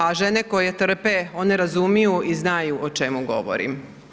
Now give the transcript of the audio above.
A žene koje trpe, one razumiju i znaju o čemu govorim.